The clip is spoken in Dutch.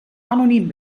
anoniem